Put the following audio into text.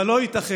אבל לא ייתכן